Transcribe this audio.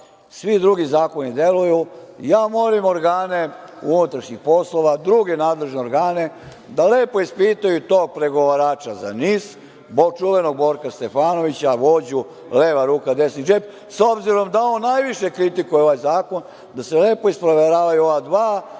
svi drugi zakoni deluju i ja molim organe unutrašnjih poslova i druge nadležne organe da lepo ispitaju to pregovarača za NIS, čuvenog Borka Stefanovića, vođu „leva ruka, desni džep“, s obzirom da on najviše kritikuje ovaj zakon, da se lepo isproveravaju ova dva